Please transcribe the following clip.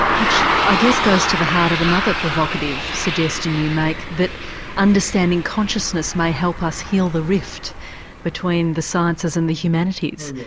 which i guess goes to the heart of another provocative suggestion you make that understanding consciousness may help us heal the rift between the sciences and the humanities.